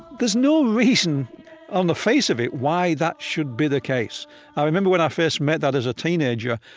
there's no reason on the face of it why that should be the case i remember when i first met that, as a teenager,